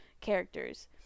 characters